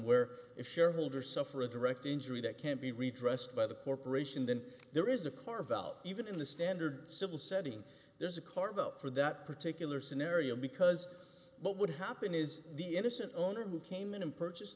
if shareholder suffer a direct injury that can be redressed by the corporation then there is a carve out even in the standard civil setting there's a carve out for that particular scenario because what would happen is the innocent owner who came in and purchase